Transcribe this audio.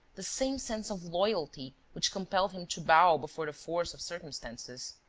the same sense of loyalty which compelled him to bow before the force of circumstances.